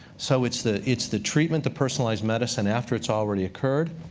so it's the it's the treatment, the personalized medicine, after it's already occurred.